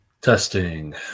Testing